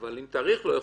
אבל אם תאריך לו,